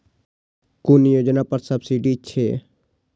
कुन योजना पर सब्सिडी छै?